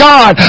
God